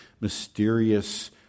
mysterious